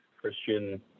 christian